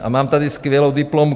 A mám tady skvělou diplomku.